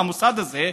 המוסד הזה,